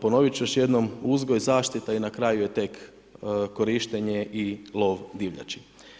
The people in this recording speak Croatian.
Ponovit ću još jednom uzgoj, zaštita i na kraju je tek korištenje i lov divljači.